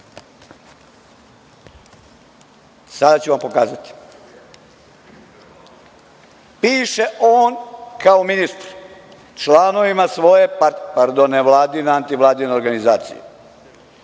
sada ću vam pokazati. Piše on kao ministar članovima svoje nevladine, antivladine organizacije